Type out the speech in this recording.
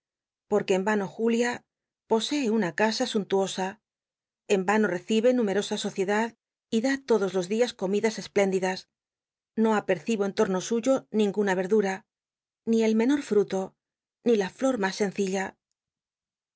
juc en vano julia posee una casa suntuosa en vano recibe numerosa sociedad y da todos jos días comidas espléndidas no apercibo en torno suyo nijlf lllla rerdura ni el menor fmlo ni la llor mas sencilla